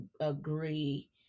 agree